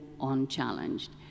unchallenged